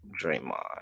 Draymond